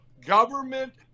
government